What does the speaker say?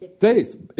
Faith